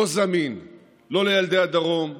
לא זמין לא לילדי הדרום,